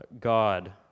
God